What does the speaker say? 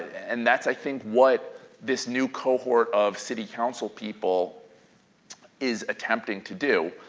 and that's i think what this new cohort of city council people is attempting to do.